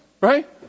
right